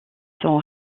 sont